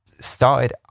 started